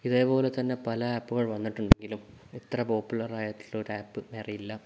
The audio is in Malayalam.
ഇതേപോലെത്തന്നെ പല ആപ്പുകൾ വന്നിട്ടുണ്ടെങ്കിലും ഇത്ര പോപ്പുലറായിട്ടുള്ള ഒരു ആപ്പ് വേറെയില്ല